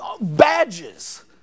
badges